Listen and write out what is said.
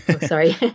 Sorry